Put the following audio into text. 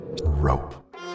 Rope